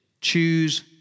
choose